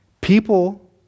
People